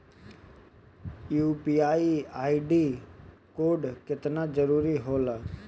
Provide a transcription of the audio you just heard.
UPI code केतना जरुरी होखेला?